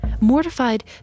Mortified